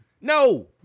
No